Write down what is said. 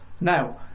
Now